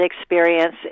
experience